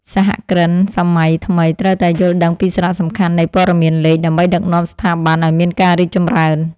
សហគ្រិនសម័យថ្មីត្រូវតែយល់ដឹងពីសារៈសំខាន់នៃព័ត៌មានលេខ ដើម្បីដឹកនាំស្ថាប័នឱ្យមានការរីកចម្រើន។